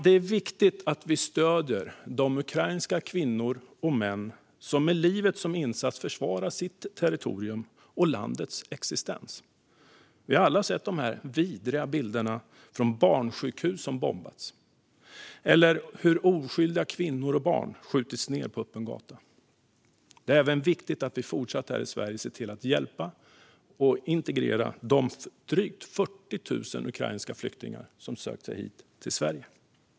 Det är viktigt att vi stöder de ukrainska kvinnor och män som med livet som insats försvarar sitt territorium och landets existens. Vi har alla sett de vidriga bilderna på barnsjukhus som bombats eller på oskyldiga kvinnor och barn som skjutits ned på öppen gata. Det är även viktigt att vi i Sverige fortsätter att hjälpa och integrera de drygt 40 000 ukrainska flyktingar som har sökt sig till Sverige.